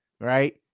right